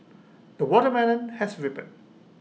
the watermelon has ripened